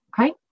Okay